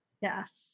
Yes